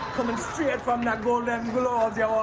comin' straight from the golden globes, you're